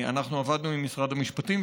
אנחנו עבדנו עם משרד המשפטים,